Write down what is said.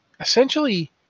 Essentially